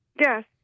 Yes